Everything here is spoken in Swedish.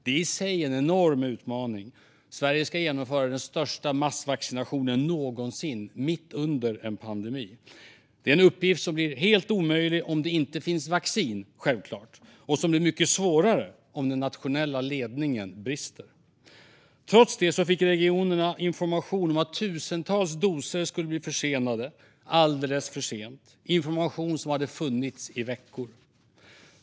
Det är i sig en enorm utmaning. Sverige ska genomföra den största massvaccinationen någonsin, mitt under en pandemi. Det är en uppgift som självklart blir helt omöjlig om det inte finns vaccin och som blir mycket svårare om den nationella ledningen brister. Trots det fick regionerna information om att tusentals doser skulle bli försenade och levereras alldeles för sent. Det var information som hade funnits i veckor.